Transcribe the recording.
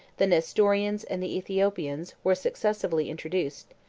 the nestorians and the aethiopians, were successively introduced,